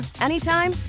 anytime